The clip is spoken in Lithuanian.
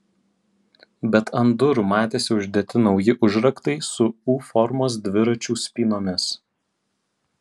bet ant durų matėsi uždėti nauji užraktai su u formos dviračių spynomis